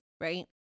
right